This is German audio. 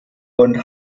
und